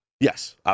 Yes